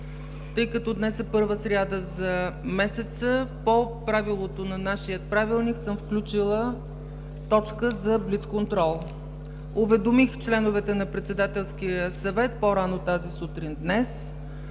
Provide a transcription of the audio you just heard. тъй като днес е първата сряда за месеца, по правилото на нашия Правилник съм включила точка за блицконтрол. Уведомих членовете на Председателския съвет по-рано тази сутрин днес,